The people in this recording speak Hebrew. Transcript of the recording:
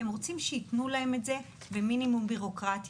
הם רוצים שייתנו להם את זה במינימום ביורוקרטיה.